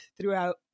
throughout